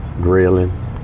grilling